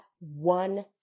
one